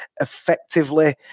effectively